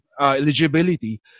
eligibility